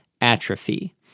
atrophy